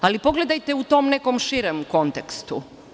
Ali, pogledajte u tom nekom širem kontekstu.